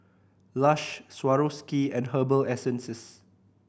Lush Swarovski and Herbal Essences